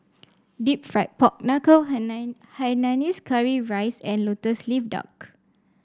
deep fried Pork Knuckle Hainanese Curry Rice and lotus leaf duck